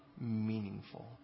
meaningful